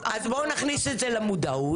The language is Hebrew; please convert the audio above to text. אז בואו נכניס את זה למודעות.